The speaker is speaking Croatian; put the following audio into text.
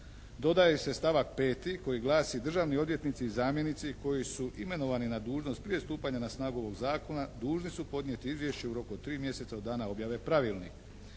Dodaje se stavak 5. koji glasi: "Državni odvjetnici i zamjenici koji su imenovani na dužnost prije stupanja na snagu ovog zakona dužni su podnijeti izvješće u roku od tri mjeseca od dana objave pravilnika."